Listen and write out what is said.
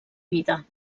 vida